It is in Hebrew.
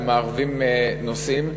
ומערבים נושאים,